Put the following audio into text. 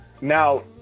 Now